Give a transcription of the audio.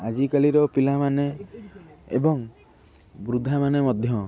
ଆଜିକାଲିର ପିଲାମାନେ ଏବଂ ବୃଦ୍ଧାମାନେ ମଧ୍ୟ